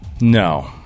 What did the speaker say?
No